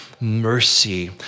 mercy